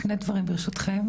שני דברים ברשותכן,